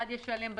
אחד ישלם בזמן,